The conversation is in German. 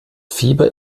fieber